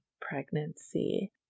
pregnancy